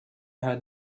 had